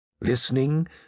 listening